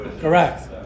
Correct